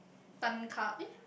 Tan Kah eh